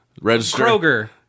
Kroger